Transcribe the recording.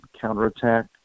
counterattack